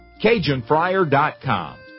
CajunFryer.com